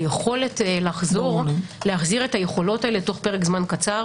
היכולת להחזיר את היכולות האלה תוך פרק זמן קצר